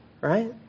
right